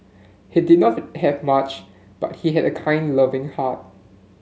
he did not have much but he had a kind loving heart